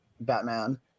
Batman